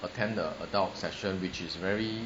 attend the adult session which is very